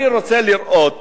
אני רוצה לראות